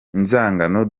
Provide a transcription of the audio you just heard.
inzangano